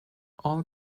all